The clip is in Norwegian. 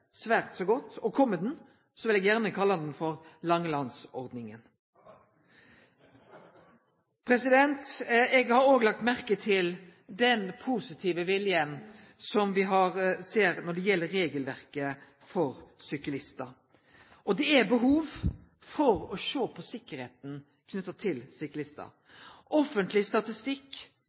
vil eg gjerne kalle ho for Langeland-ordninga. Eg har òg lagt merke til den positive viljen som me ser når det gjeld regelverket for syklistar. Det er behov for å sjå på tryggleiken knytt til syklistane. Offentleg statistikk